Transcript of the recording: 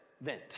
vent